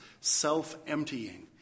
self-emptying